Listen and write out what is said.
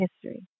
history